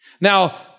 Now